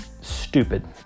Stupid